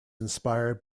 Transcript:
inspired